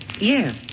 Yes